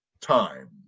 time